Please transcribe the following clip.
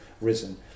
risen